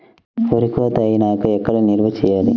వరి కోత అయినాక ఎక్కడ నిల్వ చేయాలి?